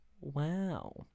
Wow